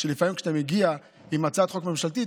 שלפעמים כשאתה מגיע עם הצעת חוק ממשלתית,